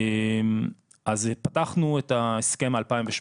אז פתחנו את ההסכם מ-2018.